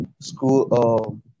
school